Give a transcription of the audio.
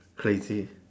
crazy